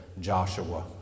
Joshua